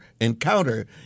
encounter